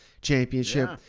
championship